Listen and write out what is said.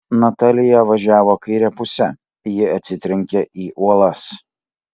natalija važiavo kaire puse ji atsitrenkia į uolas